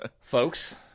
Folks